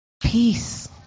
Peace